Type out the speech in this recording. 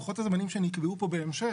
שלוחות הזמנים שנקבעו פה בהמשך,